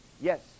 yes